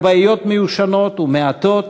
כבאיות מיושנות ומעטות,